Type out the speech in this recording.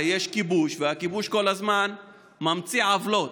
הרי יש כיבוש והכיבוש כל הזמן ממציא עוולות.